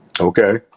okay